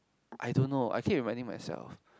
I don't know I keep reminding myself